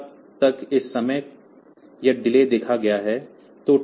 तब तक इस समय यह डिले देखा गया है